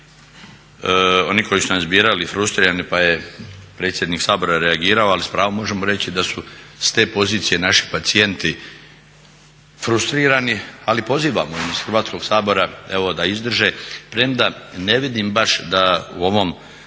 oni koji su nas birali frustrirani pa je predsjednik Sabora reagirao, ali s pravom možemo reći da su ste pozicije naši pacijenti frustrirani ali pozivamo iz Hrvatskog sabora evo da izdrže premda ne vidim baš da u ovom